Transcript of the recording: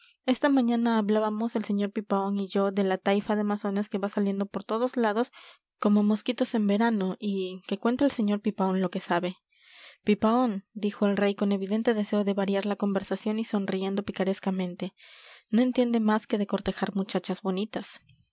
esta mañana hablábamos el sr pipaón y yo de la taifa de masones que va saliendo por todos lados como mosquitos en verano y que cuente el sr pipaón lo que sabe pipaón dijo el rey con evidente deseo de variar la conversación y sonriendo picarescamente no entiende más que de cortejar muchachas bonitas